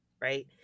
right